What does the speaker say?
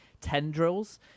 tendrils